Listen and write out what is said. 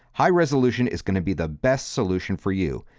high resolution is going to be the best solution for you.